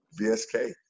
BSK